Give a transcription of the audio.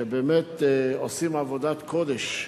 שבאמת עושים עבודת קודש.